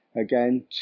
Again